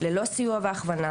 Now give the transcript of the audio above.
ללא סיוע והכוונה,